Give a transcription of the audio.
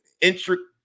intricate